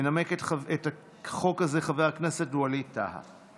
ינמק את החוק הזה חבר הכנסת ווליד טאהא.